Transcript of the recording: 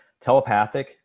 telepathic